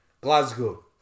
Glasgow